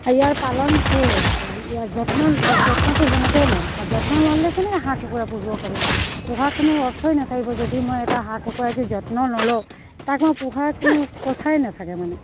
আৰু ইয়াৰ পালন সেয়ে আৰু ইয়াৰ যত্ন যত্নটো সেনেকৈয়ে লওঁ আৰু যত্ন নল'লে কেনেকৈ হাঁহ কুকুৰা পুহিব পাৰিম পোহাৰ কোনো অৰ্থই নাথাকিব যদি মই এটা হাঁহ কুকুৰা যদি যত্ন ন'লওঁ তাক মই পোহাৰ কোনো কথাই নাথাকে মানে